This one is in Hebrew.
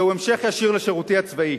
זהו המשך ישיר לשירותי הצבאי,